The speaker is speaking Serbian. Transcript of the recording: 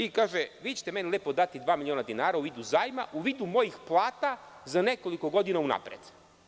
I kaže: „Vi ćete meni lepo dati dva miliona dinara u vidu zajma, u vidu mojih plata za nekoliko godina unapred“